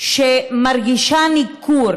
שמרגישה ניכור: